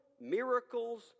miracles